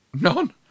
None